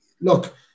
look